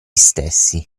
stessi